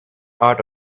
art